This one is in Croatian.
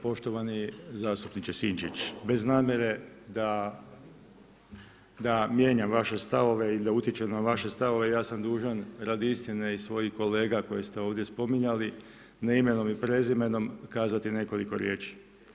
Poštovani zastupniče Sinčić, bez namjere da mijenjam vaše stavove i da utičem na vaše stavove, ja sam dužan radi istine i svojih kolega koje ste ovdje spominjali, ne imenom i prezimenom kazati nekoliko riječi.